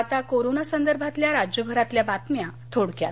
आता कोरोना संदर्भातल्या राज्यभरातल्या बातम्या थोडक्यात